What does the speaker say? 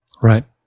Right